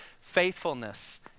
faithfulness